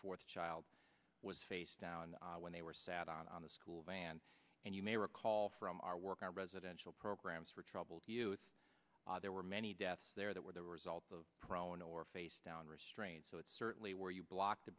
fourth child was face down when they were sat on a school van and you may recall from our work our residential programs for troubled youth there were many deaths there that were there were result of prowling or face down restraint so it's certainly where you block the